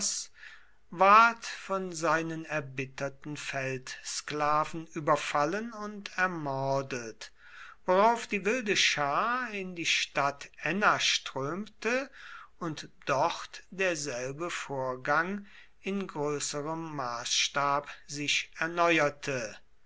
ward von seinen erbitterten feldsklaven überfallen und ermordet worauf die wilde schar in die stadt enna strömte und dort derselbe vorgang in größerem maßstab sich erneuerte